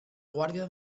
guàrdia